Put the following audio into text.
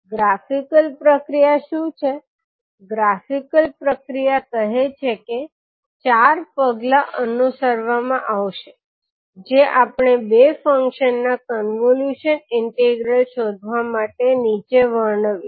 graphical પ્રક્રિયા શું છે ગ્રાફિકલ પ્રક્રિયા કહે છે કે ચાર પગલા અનુસરવામાં આવશે જે આપણે બે ફંક્શન ના કોન્વોલ્યુશન ઇન્ટિગ્રલ શોધવા માટે નીચે વર્ણવીશું